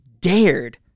dared